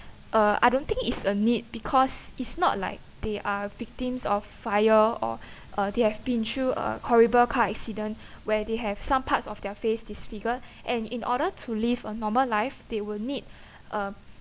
uh I don't think it's a need because it's not like they are victims of fire or uh they have been through a horrible car accident where they have some parts of their face disfigured and in order to live a normal life they will need uh